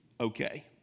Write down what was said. okay